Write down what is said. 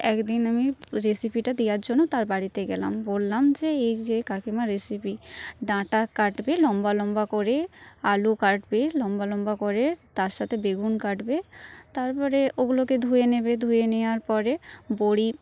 একদিন আমি রেসিপিটা দেওয়ার জন্য তার বাড়িতে গেলাম বললাম যে এইযে কাকিমা রেসিপি ডাঁটা কাটবে লম্বা লম্বা করে আলু কাটবে লম্বা লম্বা করে তার সাথে বেগুন কাটবে তারপরে ওগুলোকে ধুয়ে নেবে ধুয়ে নেওয়ার পরে বড়ি